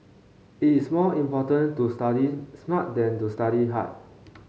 it is more important to study smart than to study hard